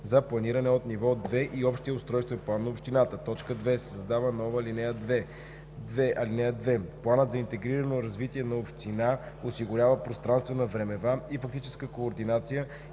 за планиране от ниво 2 и общия устройствен план на общината.“ 2. Създава се нова ал. 2: „(2) Планът за интегрирано развитие на община осигурява пространствена, времева и фактическа координация